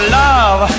love